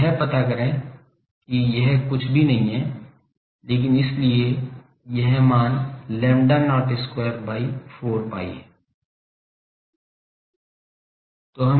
तो यह पता करें कि यह कुछ भी नहीं है लेकिन इसलिए यह मान lambda not square by 4 pi है